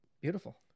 Beautiful